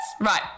Right